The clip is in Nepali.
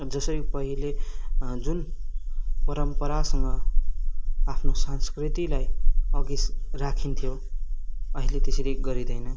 जसरी पहिले जुन परम्परासँग आफ्नो संस्कृतिकलाई अघि राखिन्थ्यो अहिले त्यसरी गरिँदैन